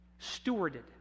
stewarded